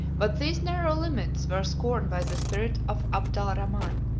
but these narrow limits were scorned by the spirit of abdalraman,